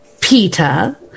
Peter